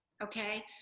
Okay